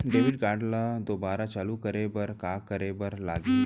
Debit card ला दोबारा चालू करे बर का करे बर लागही?